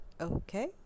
okay